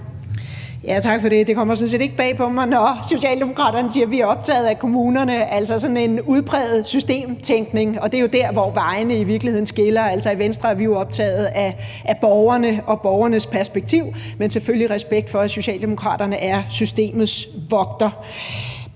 Tak for det. Det kommer sådan set ikke bag på mig, når Socialdemokraterne siger, at de er optaget af kommunerne, altså sådan en udpræget systemtænkning. Og det er jo der, hvor vejene i virkeligheden skiller – altså, i Venstre er vi optaget af borgerne og borgernes perspektiv. Men selvfølgelig respekt for, at Socialdemokraterne er systemets vogter.